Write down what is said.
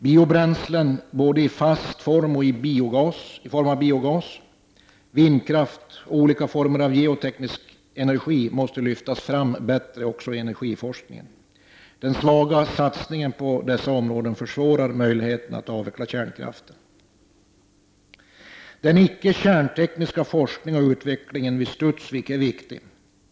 Biobränslen, både i fast form och i form av biogas, vindkraft och olika former av geoteknisk energi måste lyftas fram bättre också inom energiforskningen. Den svaga satsningen på dessa områden försvårar möjligheten att avveckla kärnkraften. Den icke kärntekniska forskningen och utvecklingen i Studsvik är viktig.